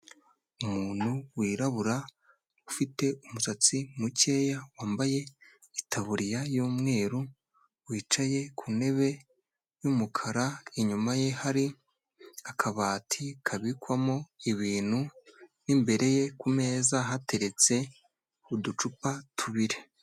Umuntu wirabura, ufite umusatsi mukeya, wambaye itaburiya y'umweru, wicaye ku ntebe y'umukara, inyuma ye hari akabati kabikwamo ibintu, n'imbere ye ku meza hateretse uducupa tubiri.